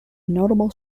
notable